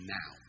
now